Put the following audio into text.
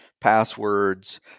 passwords